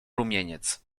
rumieniec